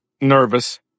nervous